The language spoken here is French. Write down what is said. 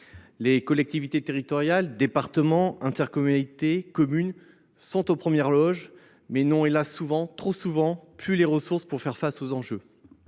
Les collectivités territoriales, départements, intercommunalités, communes, sont aux premières loges, mais elles n’ont – hélas !– trop souvent plus les ressources pour faire face aux enjeux.